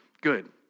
good